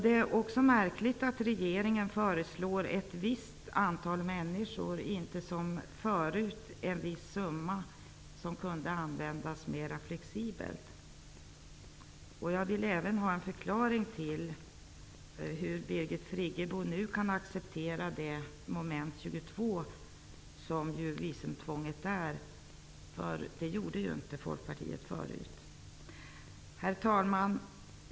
Det är märkligt att regeringen föreslår att det skall vara ett visst antal människor och inte som förut en viss summa som kan användas mer flexibelt. Jag vill även ha en förklaring till hur Birgit Friggebo nu kan acceptera det mom. 22 som visumtvånget är. Det gjorde Folkpartiet inte förut. Herr talman!